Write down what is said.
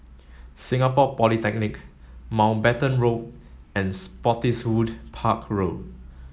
Singapore Polytechnic Mountbatten Road and Spottiswoode Park Road